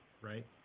right